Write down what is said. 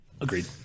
Agreed